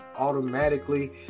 automatically